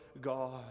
God